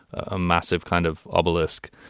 a massive kind of obelisk.